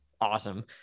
awesome